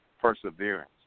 perseverance